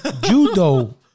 Judo